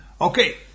Okay